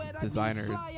designer